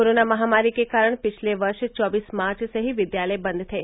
corona महामारी के कारण पिछले वर्ष चौबीस मार्च से ही बंद थे